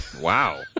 Wow